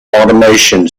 automation